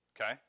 Okay